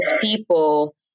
people